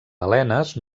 balenes